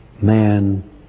Man